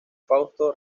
fausto